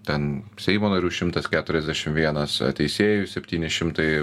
ten seimo narių šimtas keturiasdešim vienas teisėjų septyni šimtai